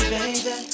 Baby